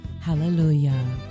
Hallelujah